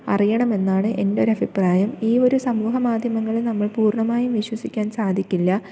അറിയണമെന്നാണ് എന്റെ ഒരഭിപ്രായം ഈ ഒരു സമൂഹ മാധ്യമങ്ങളെ നമ്മൾ പൂർണ്ണമായും വിശ്വസിക്കാൻ സാധിക്കില്ല